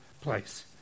place